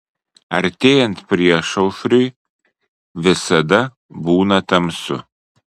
artėjant priešaušriui visada būna tamsu